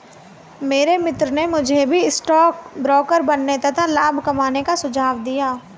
मेरे मित्र ने मुझे भी स्टॉक ब्रोकर बनने तथा लाभ कमाने का सुझाव दिया